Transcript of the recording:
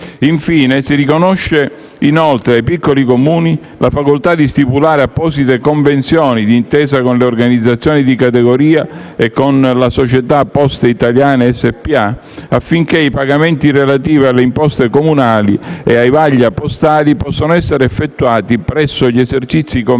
Infine, si riconosce ai piccoli Comuni la facoltà di stipulare apposite convenzioni di intesa con le organizzazioni di categoria e con la società Poste Italiane SpA, affinché i pagamenti relativi alle imposte comunali e ai vaglia postali possano essere effettuati presso gli esercizi commerciali